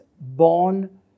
born